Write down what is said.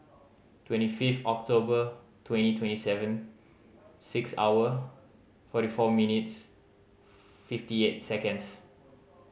twenty fifth October twenty twenty seven six hour forty four minutes fifty eight seconds